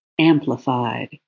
amplified